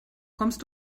kommst